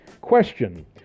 Question